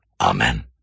Amen